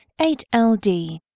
8LD